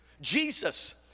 Jesus